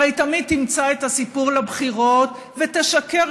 הרי תמיד תמצא את הסיפור לבחירות ותשקר,